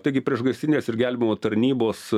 taigi priešgaisrinės ir gelbėjimo tarnybos